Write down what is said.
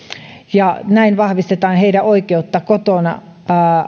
ja näin vahvistetaan heidän oikeuttaan kotona